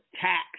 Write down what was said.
tax